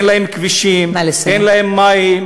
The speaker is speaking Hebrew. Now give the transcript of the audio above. אין להם כבישים ואין להם מים,